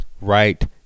right